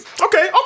Okay